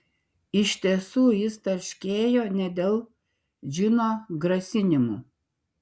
iš tiesų jis tarškėjo ne dėl džino grasinimų